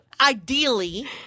ideally